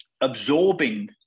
absorbing